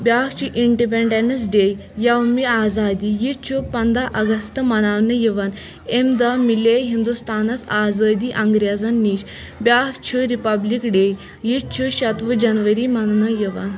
بیٛاکھ چھُ Independence Day یومِ آزادی یہِ چھُ پنداہ اگست مَناونہٕ یِوان امہِ دۄہ مِلے ہندُستانَس آزٲدی انٛگریزَن نِش بیٛاکھ چھُ رِپبلِک ڈے یہِ چھُ شَتوُہ جنوری مَننہٕ یِوان